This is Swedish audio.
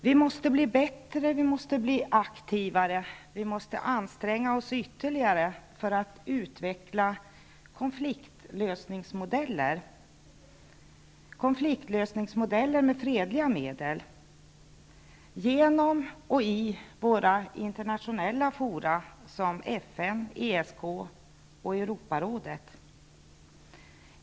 Vi måste bli bättre och aktivare, och vi måste anstränga oss ytterligare för att genom och i våra internationella fora -- såsom FN, ESK och Europarådet -- utveckla konfliktlösningsmodeller där fredliga medel kan användas.